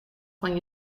van